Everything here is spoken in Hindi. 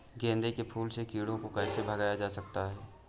गेंदे के फूल से कीड़ों को कैसे भगाया जा सकता है?